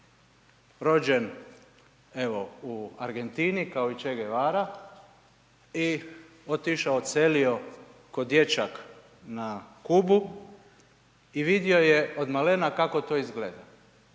rođen evo u Argentini kao i Che Guevara i otišao, odselio kao dječak na Kubu i vidio je odmalena kako to izgleda